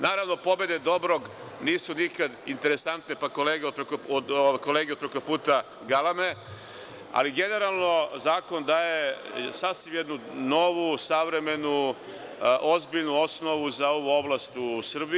Naravno, pobede dobrog nisu nikad interesantne pa kolege od preko puta galame, ali generalno zakon, daje sasvim jednu, novu, savremenu, ozbiljnu osnovu za ovu oblast u Srbiji.